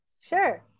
Sure